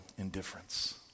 indifference